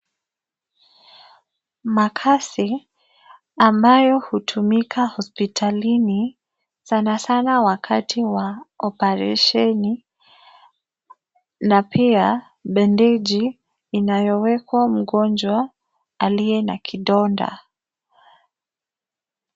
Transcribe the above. Makasi, ambayo hutumika hospitalini, sanasana wakati wa operesheni, na pia bandeji inayowekwa mgonjwa aliye na kidonda.